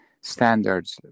standards